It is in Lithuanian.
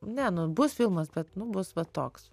ne nu bus filmas bet nu bus va toks